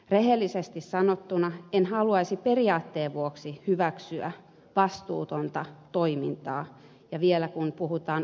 rehellisesti sanottuna en haluaisi periaatteen vuoksi hyväksyä vastuutonta toimintaa ja vielä kun puhutaan oikeudenmukaisuudesta